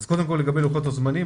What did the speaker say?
אז קודם כל לגבי לוחות הזמנים,